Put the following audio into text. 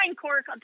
cork